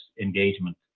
engagement